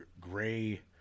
gray